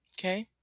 Okay